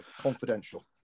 confidential